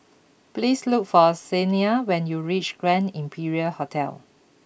please look for Siena when you reach Grand Imperial Hotel